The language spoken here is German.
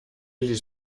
ließ